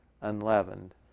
unleavened